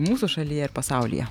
mūsų šalyje ir pasaulyje